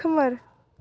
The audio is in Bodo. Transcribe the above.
खोमोर